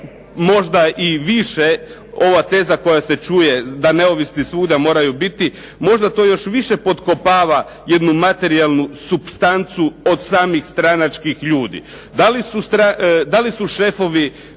možda i više ova teza koja se čuje da neovisni sud da moraju biti, možda to još više potkopava jednu materijalnu supstancu od samih stranačkih ljudi. Da li su šefovi